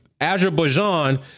Azerbaijan